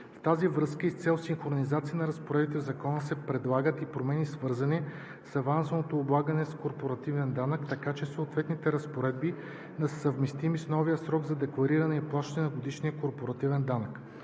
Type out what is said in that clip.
В тази връзка и с цел синхронизация на разпоредбите в закона се предлагат и промени свързани с авансовото облагане с корпоративен данък, така че съответните разпоредби да са съвместими с новия срок за деклариране и плащане на годишния корпоративен данък.